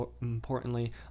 importantly